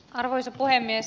arvoisa puhemies